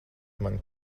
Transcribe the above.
mani